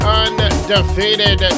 undefeated